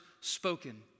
spoken